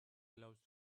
close